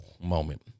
moment